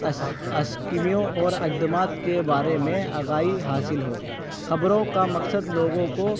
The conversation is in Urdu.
اسکیمیوں اور اقدامات کے بارے میں آگاہی حاصل ہو خبروں کا مقصد لوگوں کو